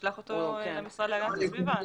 אבל נשלח אותו למשרד להגנת הסביבה.